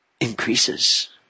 increases